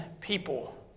people